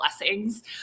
blessings